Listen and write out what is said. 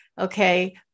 Okay